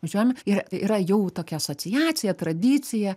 važiuojam ir yra jau tokia asociacija tradicija